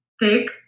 thick